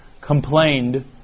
complained